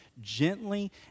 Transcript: gently